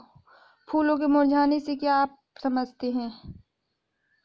फूलों के मुरझाने से क्या आप समझते हैं?